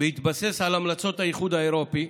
בהתבסס על המלצות האיחוד האירופי,